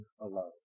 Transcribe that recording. alone